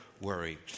Worry